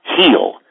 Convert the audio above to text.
heal